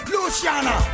Luciana